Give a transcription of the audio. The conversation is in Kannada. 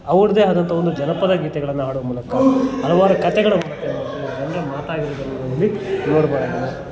ಅವ್ರದೇ ಆದಂಥ ಒಂದು ಜಾನಪದ ಗೀತೆಗಳನ್ನು ಹಾಡೋ ಮೂಲಕ ಹಲವಾರು ಕಥೆಗಳ ಮೂಲಕ ಜನರ ಮಾತಾಗಿರೋದನ್ನು ನಾವಿಲ್ಲಿ ನೋಡ್ಬೋದಾಗಿದೆ